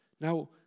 now